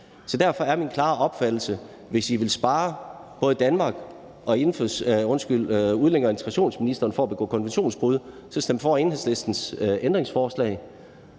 Derfor er det min klare opfattelse, at hvis I vil spare både Danmark og udlændinge- og integrationsministeren for at begå konventionsbrud, skal I stemme for Enhedslistens ændringsforslag.